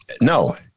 No